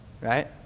right